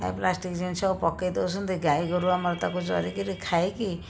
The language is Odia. ପ୍ଲାଷ୍ଟିକ୍ ଜିନିଷ ପକାଇ ଦେଉଛନ୍ତି ଗାଈଗୋରୁ ଆମର ତାକୁ ଚରି କରି ଖାଇକି